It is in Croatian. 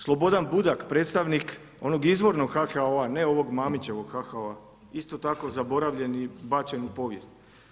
Slobodan Budak, predstavnik onog izvornog HHO-a, ne ovog Mamićevog HHO-a, isto tako zaboravljeni i bačen u povijest.